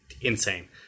insane